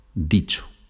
dicho